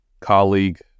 colleague